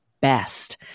best